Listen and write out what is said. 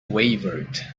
wavered